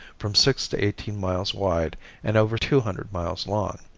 from six to eighteen miles wide and over two hundred miles long.